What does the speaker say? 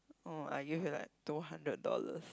oh I gave you like two hundred dollars